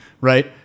right